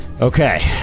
Okay